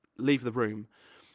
leave the room.